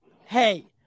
hey